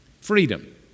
freedom